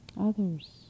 Others